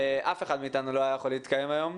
אף אחד מאתנו לא היה יכול להתקיים היום,